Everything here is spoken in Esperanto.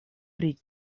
pri